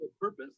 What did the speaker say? purpose